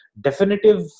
definitive